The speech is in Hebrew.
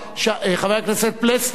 חבר הכנסת פלסנר,